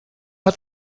hat